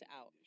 out